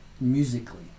musically